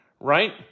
right